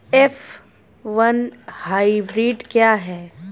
F one hybrid क्या है?